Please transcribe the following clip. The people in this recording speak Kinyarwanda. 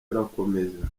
irakomeza